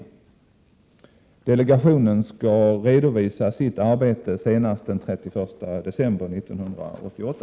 Delegationen skall redovisa sitt arbete senast den 31 december 1988.